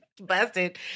busted